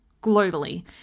globally